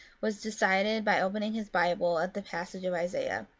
was decided by opening his bible at the passage in isaiah,